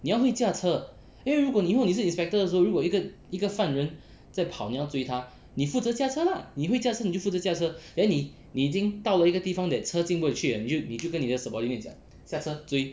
你要会驾车因为如果以后你是 inspector 的时候如果一个一个犯人在跑你要追他你负责驾车 lah 你会驾车你就负责驾车 then 你你已经到了一个地方 that 车进不去了你就跟你的 subordinate 讲下车追